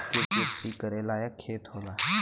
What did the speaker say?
किरसी करे लायक खेत होला